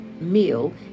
meal